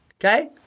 Okay